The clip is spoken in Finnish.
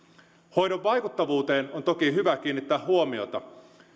hoidon vaikuttavuuteen on toki hyvä kiinnittää huomiota